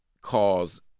cause